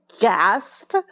gasp